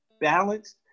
balanced